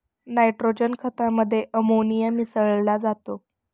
nitrogen खतामध्ये ammonia मिसळा जातो